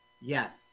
Yes